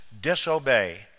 disobey